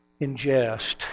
ingest